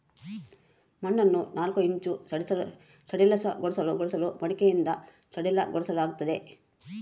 ಮಣ್ಣನ್ನು ನಾಲ್ಕು ಇಂಚು ಸಡಿಲಗೊಳಿಸಲು ಮಡಿಕೆಯಿಂದ ಸಡಿಲಗೊಳಿಸಲಾಗ್ತದೆ